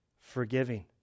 forgiving